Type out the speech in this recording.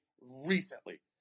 recently